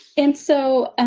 and so,